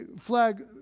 flag